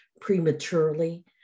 prematurely